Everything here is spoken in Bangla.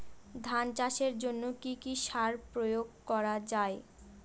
ধান চাষের জন্য কি কি সার প্রয়োগ করা য়ায়?